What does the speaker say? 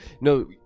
No